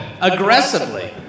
aggressively